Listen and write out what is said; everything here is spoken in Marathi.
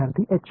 विद्यार्थीः h